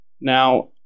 Now